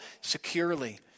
securely